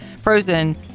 Frozen